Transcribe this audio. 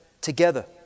together